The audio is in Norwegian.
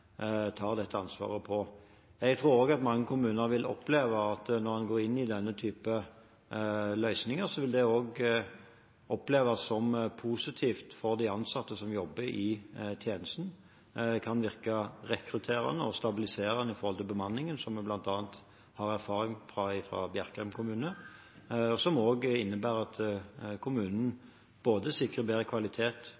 dette ansvaret på. Jeg tror også at mange kommuner vil oppleve at når en går inn i denne typen løsninger, vil det også oppleves som positivt for de ansatte som jobber i tjenesten. Det kan virke rekrutterende og stabiliserende med hensyn til bemanningen, slik vi bl.a. har erfaring med fra Bjerkreim kommune, noe som også innebærer at